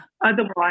Otherwise